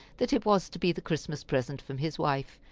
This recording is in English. that it was to be the christmas present from his wife,